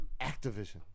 Activision